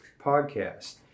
podcast